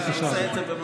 בבקשה, אדוני.